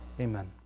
Amen